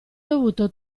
dovuto